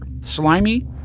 slimy